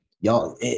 Y'all